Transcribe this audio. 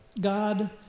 God